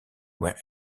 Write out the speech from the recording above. were